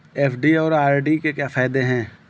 FD और RD के क्या फायदे हैं?